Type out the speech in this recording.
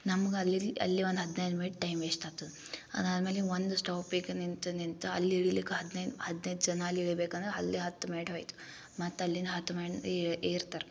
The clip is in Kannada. ನಮ್ಗೆ ಅಲ್ಲೇ ಅಲ್ಲೇ ಒಂದು ಹದಿನೈದು ಮಿನಿಟ್ ಟೈಮ್ ವೇಸ್ಟ್ ಆಗ್ತದ್ ಅದು ಆದ್ಮೇಲೆ ಒಂದು ಸ್ಟಾಪಿಗೆ ನಿಂತು ನಿಂತು ಅಲ್ಲಿ ಇಳಿಲಿಕ್ಕೆ ಹದಿನೈದು ಹದಿನೈದು ಜನ ಅಲ್ಲಿ ಇಳಿಬೇಕು ಅಂದ್ರೆ ಅಲ್ಲಿ ಹತ್ತು ಮಿನಿಟ್ ಹೋಯ್ತು ಮತ್ತು ಅಲ್ಲಿ ಹತ್ತು ಮಿನಿಟ್ ಏರ್ತಾರೆ